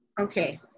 Okay